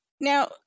Now